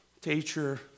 Teacher